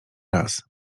raz